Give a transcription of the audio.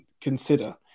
consider